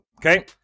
Okay